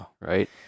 Right